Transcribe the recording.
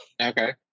Okay